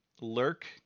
lurk